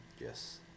Yes